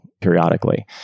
periodically